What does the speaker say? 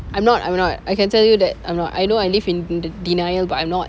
I'm not I'm not I can tell you that I'm not I know I live in denial but I'm not